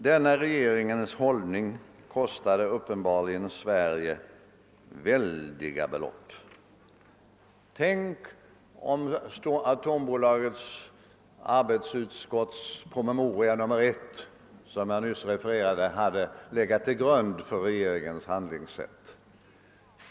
Denna regeringens hållning kostade uppenbarligen Sverige väldiga belopp. Tänk om Atomenergis arbetsutskotts promemoria nr 1, som jag nyss refererade, hade legat till grund för regeringens handlingssätt!